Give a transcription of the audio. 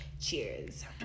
Cheers